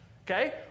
okay